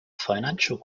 financial